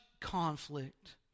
conflict